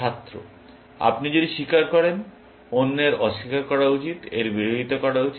ছাত্র আপনি যদি স্বীকার করেন অন্যের অস্বীকার করা উচিত এর বিরোধিতা করা উচিত